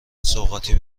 سوغاتی